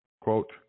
Quote